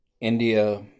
India